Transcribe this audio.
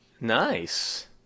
Nice